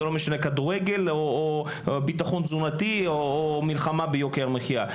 לא משנה אם כדורגל או ביטחון תזונתי או מלחמה ביוקר המחיה.